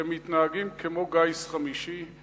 שהם מתנהגים כמו גיס חמישי,